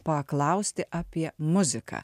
paklausti apie muziką